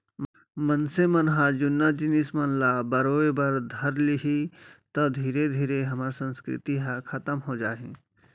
मनसे मन ह जुन्ना जिनिस मन ल बरोय बर धर लिही तौ धीरे धीरे हमर संस्कृति ह खतम हो जाही